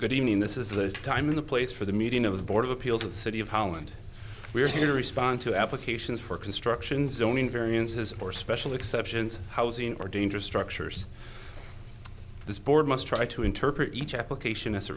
good evening this is the time of the place for the meeting of the board of appeals of the city of holland we are going to respond to applications for construction zoning variances or special exceptions housing or dangerous structures this board must try to interpret each application